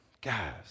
Guys